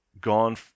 gone